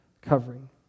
covering